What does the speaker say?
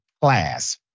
class